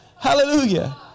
Hallelujah